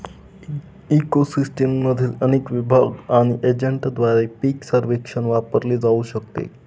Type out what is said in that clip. eco सिस्टीममधील अनेक विभाग आणि इतर एजंटद्वारे पीक सर्वेक्षण वापरले जाऊ शकते